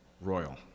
royal